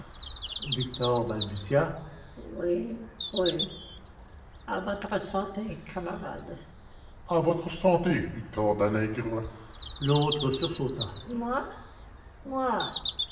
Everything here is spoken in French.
victor balbutia oui oui à votre santé camarade à votre santé victor danègre l'autre sursauta moi moi